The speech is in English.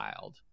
wild